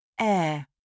Air